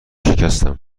شکستم